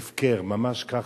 הפקר, ממש ככה.